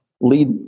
lead